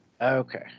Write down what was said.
Okay